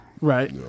Right